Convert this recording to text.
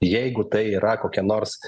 jeigu tai yra kokia nors